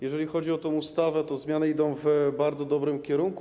Jeżeli chodzi o tę ustawę, to zmiany idą w bardzo dobrym kierunku.